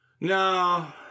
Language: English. No